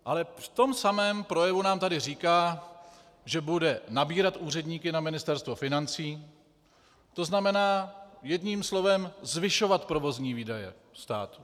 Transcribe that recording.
Ale v tom samém projevu nám tady říká, že bude nabírat úředníky na Ministerstvo financí, tzn. jedním slovem: zvyšovat provozní výdaje státu.